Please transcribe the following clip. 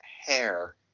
hair